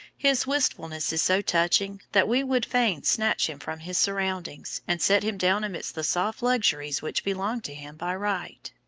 his wistfulness is so touching that we would fain snatch him from his surroundings, and set him down amidst the soft luxuries which belong to him by right.